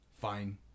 Fine